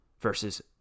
versus